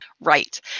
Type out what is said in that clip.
Right